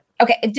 Okay